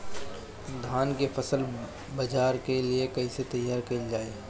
धान के फसल बाजार के लिए कईसे तैयार कइल जाए?